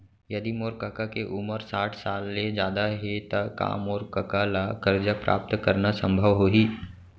यदि मोर कका के उमर साठ साल ले जादा हे त का मोर कका ला कर्जा प्राप्त करना संभव होही